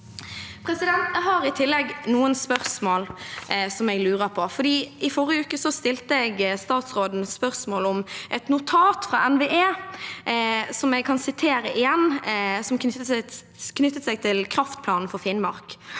Jeg har i tillegg noe jeg lurer på, for i forrige uke stilte jeg statsråden spørsmål om et notat fra NVE, som jeg kan sitere igjen, som knyttet seg til kraftplanen for Finnmark: